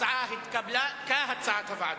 הסעיף התקבל, כהצעת הוועדה.